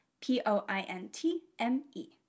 P-O-I-N-T-M-E